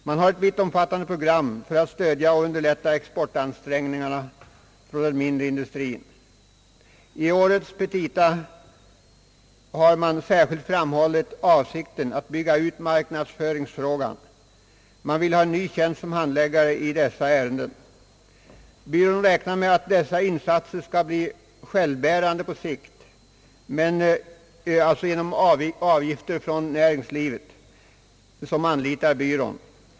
Man har ett omfattande program för att stödja och underlätta exportansträngningarna från den mindre industrin. I årets petita har man särskilt framhållit avsikten att bygga ut marknadsföringen. Man vill ha en ny tjänst för handläggning av sådana ärenden. Byrån räknar med att dessa insatser skall bli självbärande på sikt genom avgifter från företag inom näringslivet som anlitar byrån.